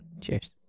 Cheers